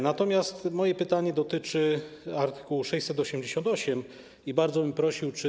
Natomiast moje pytanie dotyczy art. 688 i bardzo bym prosił o odpowiedź.